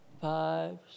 five